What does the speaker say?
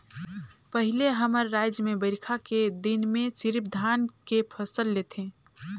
पहिले हमर रायज में बईरखा के दिन में सिरिफ धान के फसल लेथे